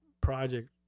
project